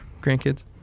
grandkids